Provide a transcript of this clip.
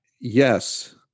Yes